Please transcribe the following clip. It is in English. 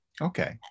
okay